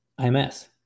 IMS